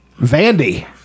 Vandy